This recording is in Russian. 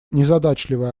незадачливый